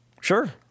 Sure